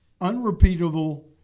unrepeatable